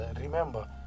remember